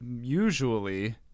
usually